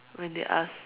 when they ask